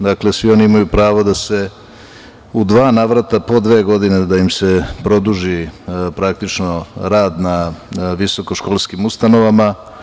Dakle, svi oni imaju pravo da se u dva navrata po dve godine da im se produži rad na visokoškolskim ustanovama.